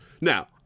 Now